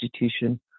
Institution